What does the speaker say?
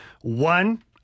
One